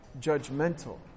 judgmental